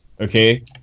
Okay